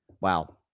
wow